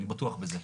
אני בטוח בזה.